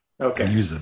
Okay